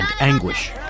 anguish